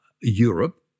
Europe